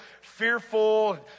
fearful